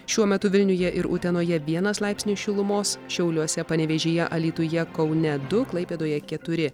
šiuo metu vilniuje ir utenoje vienas laipsnis šilumos šiauliuose panevėžyje alytuje kaune du klaipėdoje keturi